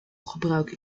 gebruik